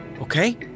okay